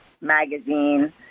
magazine